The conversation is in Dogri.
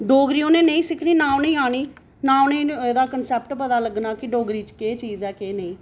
डोगरी उ'नें नेईं सिक्खनी ना उ'नेंगी आनी ना उ'नेंगी एह्दा कंसेप्ट पता लगना की डोगरी केह् ऐ केह् चीज़ नेईं